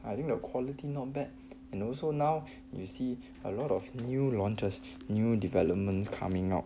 I think the quality not bad and also now you see a lot of new launches new developments coming out